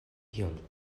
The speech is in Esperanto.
iom